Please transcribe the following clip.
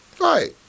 Right